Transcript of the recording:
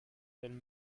telle